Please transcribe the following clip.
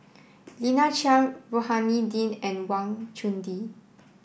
Lina Chiam Rohani Din and Wang Chunde